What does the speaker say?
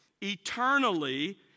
eternally